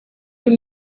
will